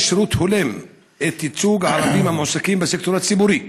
שירות הולם ולייצוג לערבים המועסקים בסקטור הציבורי.